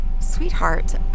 Sweetheart